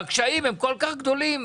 והקשיים הם כול כך גדולים,